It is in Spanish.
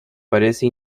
parece